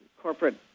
corporate